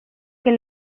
que